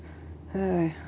hi